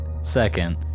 Second